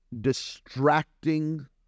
distracting